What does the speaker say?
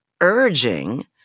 urging